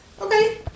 Okay